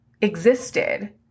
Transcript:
existed